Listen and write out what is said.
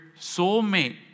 soulmate